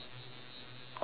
orh so